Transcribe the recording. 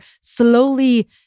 slowly